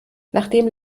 nachdem